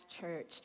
church